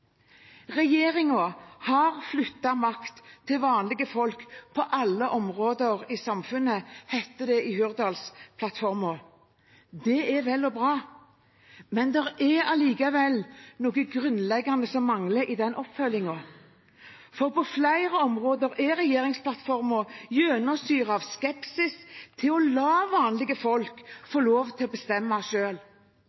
makt til vanlige folk på alle områder i samfunnet», heter det i Hurdalsplattformen. Det er vel og bra, men det er likevel noe grunnleggende som mangler i oppfølgingen, for på flere områder er regjeringsplattformen gjennomsyret av skepsis til å la vanlige folk